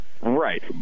Right